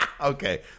Okay